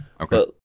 Okay